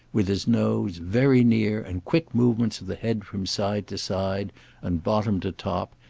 with his nose very near and quick movements of the head from side to side and bottom to top,